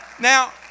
Now